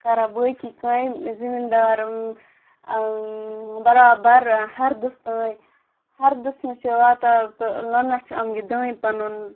کَران باقٕے کامہِ زٔمیٖندار بَرابَر ہَردَس تانۍ ہَردَس منٛز چھِ واتان تہٕ لونان چھِ یِم یہِ دٲنہِ پَنُن